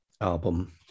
album